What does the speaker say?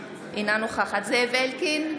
אינה נוכחת זאב אלקין,